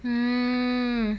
mm